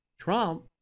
Trump